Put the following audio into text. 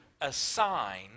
assign